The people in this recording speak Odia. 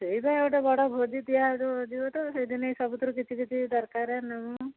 ସେଇଥିପାଇଁ ଗୋଟେ ବଡ଼ ଭୋଜି ଦିଆଯିବ ତ ସେଇଦିନ ସବୁଥିରୁ କିଛି କିଛି ଦରକାର ନେବୁ